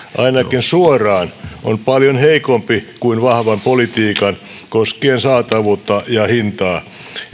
ainakin suoraan on paljon heikompi kuin vahvan politiikan koskien saatavuutta ja hintaa